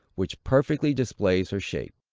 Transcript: which perfectly displays her shape.